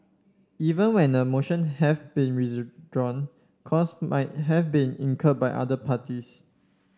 even when a motion have been withdrawn costs might have been incurred by other parties